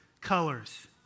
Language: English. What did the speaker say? colors